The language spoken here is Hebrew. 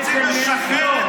זה עבריינים,